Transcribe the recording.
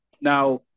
Now